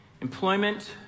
Employment